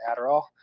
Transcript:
Adderall